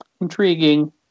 intriguing